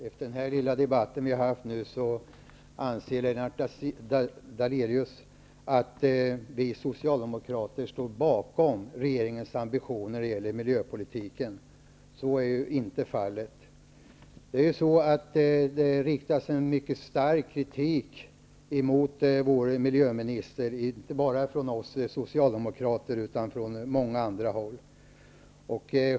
Fru talman! Efter den lilla debatt vi har haft nu anser Lennart Daléus att vi socialdemokrater står bakom regeringens ambitioner när det gäller miljöpolitiken. Så är inte fallet. Det riktas en stark kritik mot miljöministern inte bara från oss socialdemokrater utan även från många andra håll.